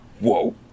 whoa